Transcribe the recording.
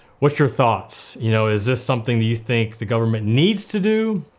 what's your thoughts? you know, is this something that you think the government needs to do?